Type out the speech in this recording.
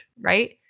right